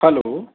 hello